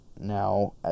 now